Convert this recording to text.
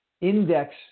index